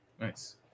Nice